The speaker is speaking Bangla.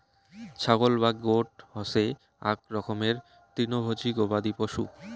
ছাগল বা গোট হসে আক রকমের তৃণভোজী গবাদি পশু